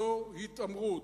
זאת התעמרות.